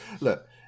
Look